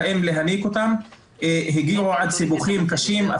של האם להניק אותם הגיעו עד סיבוכים קשים,